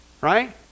right